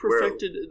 perfected